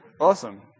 Awesome